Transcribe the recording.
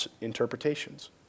interpretations